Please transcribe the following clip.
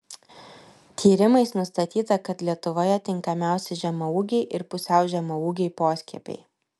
tyrimais nustatyta kad lietuvoje tinkamiausi žemaūgiai ir pusiau žemaūgiai poskiepiai